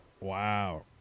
Wow